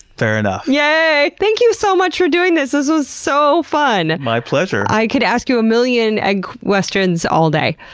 fair enough. yay! yeah thank you so much for doing this. this was so fun. my pleasure. i could ask you a million egg questions, all day.